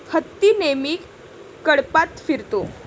हत्ती नेहमी कळपात फिरतो